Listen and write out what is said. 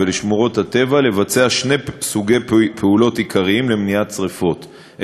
ולשמורות הטבע לבצע שני סוגי פעולות עיקריים למניעת שרפות,